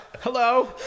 hello